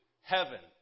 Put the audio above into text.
heaven